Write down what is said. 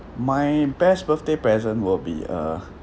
my best birthday present will be uh